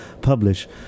publish